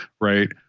Right